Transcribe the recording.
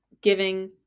giving